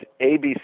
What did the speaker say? ABC